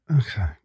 Okay